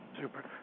Super